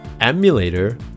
emulator